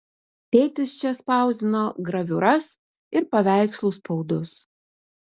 tėtis čia spausdino graviūras ir paveikslų spaudus